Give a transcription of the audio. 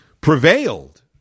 prevailed